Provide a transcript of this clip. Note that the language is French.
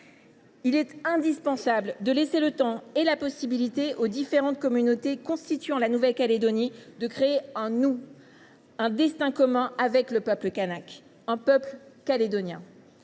Il est indispensable de laisser le temps et la possibilité aux différentes communautés constituant la Nouvelle Calédonie de créer un « nous », un destin commun avec le peuple kanak : un peuple calédonien.